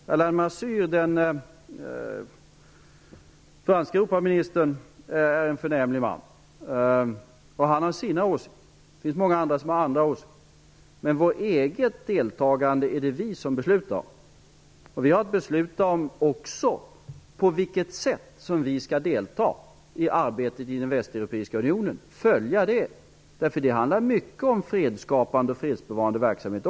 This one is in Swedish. Alain Lamassoure, den franske Europaministern, är en förnämlig man. Han har sina åsikter. Det finns många andra som har andra åsikter. Men vårt eget deltagande är det vi som beslutar om. Vi har också att besluta om på vilket sätt som vi skall delta i och följa arbetet i den västeuropeiska unionen. Det handlar mycket om fredsskapande och fredsbevarande verksamhet.